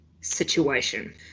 situation